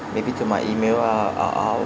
maybe to my email uh I'll I'll